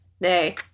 Nay